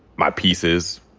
my pieces,